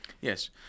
Yes